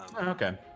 Okay